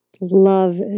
love